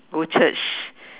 go church